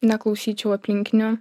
neklausyčiau aplinkinių